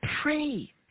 pray